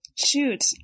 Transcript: Shoot